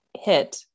hit